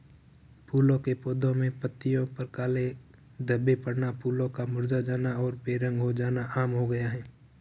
फूलों के पौधे में पत्तियों पर काले धब्बे पड़ना, फूलों का मुरझा जाना और बेरंग हो जाना आम हो गया है